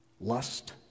lust